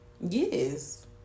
Yes